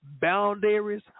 boundaries